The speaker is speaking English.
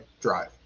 drive